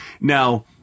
Now